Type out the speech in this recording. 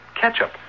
Ketchup